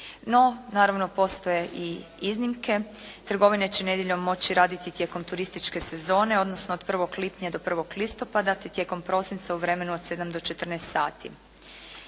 No, naravno postoje i iznimke. Trgovine će nedjeljom moći raditi tijekom turističke sezone, odnosno od 1. lipnja do 1. listopada, te tijekom prosinca u vremenu od 7 do 14 sati.